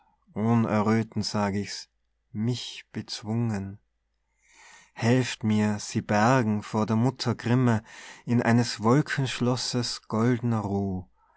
erröthen sag ich's mich bezwungen helft mir sie bergen vor der mutter grimme in eines wolkenschlosses goldner ruh